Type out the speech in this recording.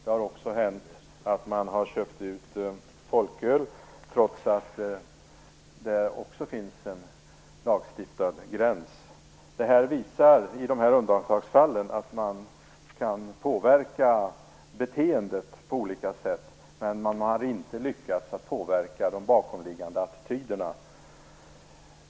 Det har också hänt att ungdomar har köpt folköl trots att det i det fallet också finns en lagstiftad gräns. De här undantagsfallen visar att man kan påverka beteendet på olika sätt, men att man inte har lyckats att påverka de bakomliggande attityderna.